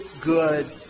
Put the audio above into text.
good